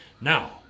Now